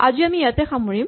আজি আমি ইয়াতে সামৰিম